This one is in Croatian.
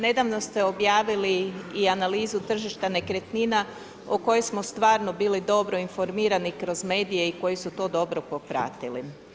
Nedavno ste objavili i analizu tržišta nekretnina, o kojoj smo stvarno bili dobro informirani kroz medije i koji su to dobro popratili.